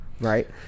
right